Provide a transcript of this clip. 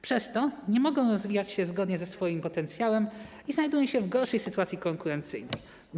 Przez to nie mogą rozwijać się zgodnie ze swoim potencjałem i znajdują się w gorszej sytuacji, jeśli chodzi o konkurencyjność.